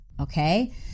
okay